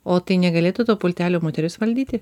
o tai negalėtų to pultelio moteris valdyti